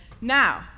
Now